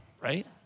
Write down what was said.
Right